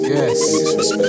Yes